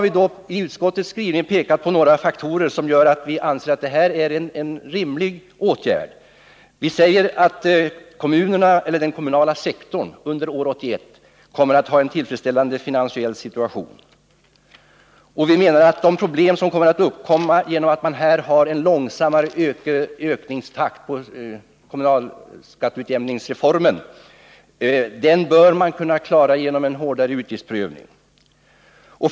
Vi har i utskottets skrivning pekat på några faktorer som gör att vi anser att den föreslagna åtgärden är rimlig. Vi säger för det första att den kommunala sektorn under år 1981 kommer att ha en tillfredsställande finansiell situation. Vi menar för det andra att man genom en hårdare utgiftsprövning bör kunna klara de problem som väntas uppkomma på grund av att kommunalskattereformens ökningstakt minskar.